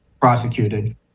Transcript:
prosecuted